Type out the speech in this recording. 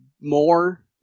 more